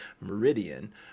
meridian